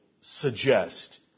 suggest